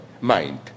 mind